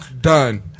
done